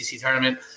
tournament